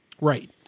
Right